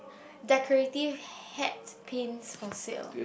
decorative hat pins for sale